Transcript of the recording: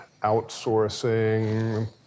outsourcing